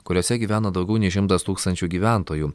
kuriose gyvena daugiau nei šimtas tūkstančių gyventojų